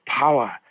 power